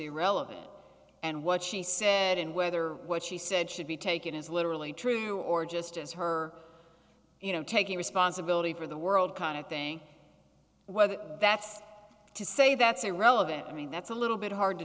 irrelevant and what she said and whether what she said should be taken as literally true or just as her you know taking responsibility for the world kind of thing whether that's to say that's irrelevant i mean that's a little bit hard to